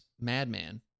Madman